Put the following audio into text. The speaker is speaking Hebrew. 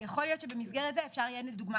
יכול להיות שבמסגרת זו אפשר יהיה לדוגמה